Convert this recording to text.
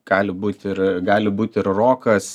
gali būt ir gali būt ir rokas